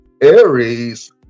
Aries